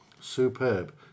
superb